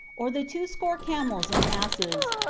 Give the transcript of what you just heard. or the two-score camels and asses,